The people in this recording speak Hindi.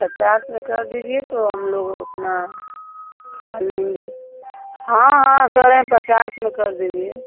पचास में कर दीजिए तो हमलोग अपना खा लेंगे हाँ हाँ कह रहे हैं पचास में कर दीजिए